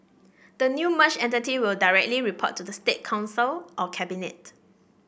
the new merged entity will directly report to the State Council or Cabinet